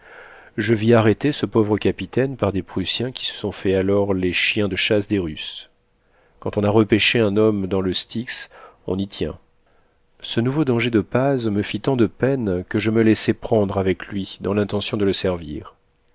je vis arrêter ce pauvre capitaine par des prussiens qui se sont faits alors les chiens de chasse des russes quand on a repêché un homme dans le styx on y tient ce nouveau danger de paz me fit tant de peine que je me laissai prendre avec lui dans l'intention de le servir